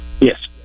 Yes